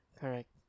Correct